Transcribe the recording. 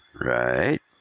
right